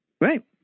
Right